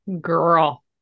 girl